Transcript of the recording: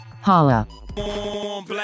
holla